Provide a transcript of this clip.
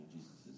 Jesus